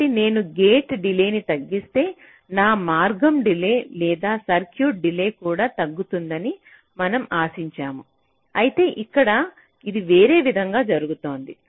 కాబట్టి నేను gate delay ని తగ్గిస్తే నా మార్గం డిలే లేదా సర్క్యూట్ డిలే కూడా తగ్గుతుందని మనం ఆశించాము అయితే ఇక్కడ ఇది వేరే విధంగా జరుగుతోంది